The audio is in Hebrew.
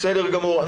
בסדר גמור.